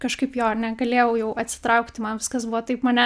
kažkaip jo ir negalėjau jau atsitraukti man viskas buvo taip mane